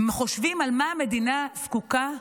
חושבים על מה המדינה זקוקה,